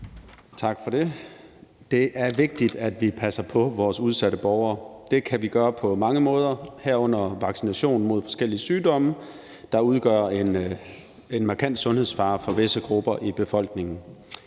Tak for det. Det er vigtigt, at vi passer på vores udsatte borgere. Det kan vi gøre på mange måder, herunder med vaccination mod forskellige sygdomme, der udgør en markant sundhedsfare for visse grupper i befolkningen.